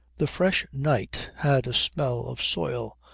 the fresh night had a smell of soil,